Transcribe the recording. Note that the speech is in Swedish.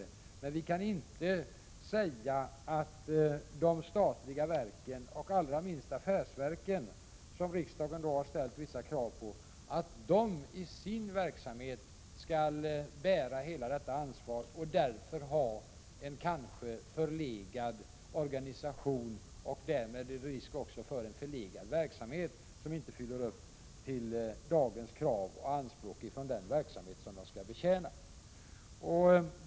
Vi kan däremot inte säga att de statliga verken —-allra minst affärsverken som riksdagen ställt vissa krav på —i sin verksamhet skall bära hela detta ansvar och för den skull ha en kanske förlegad organisation med risk för en förlegad verksamhet, som inte fyller dagens krav och anspråk på betjäning.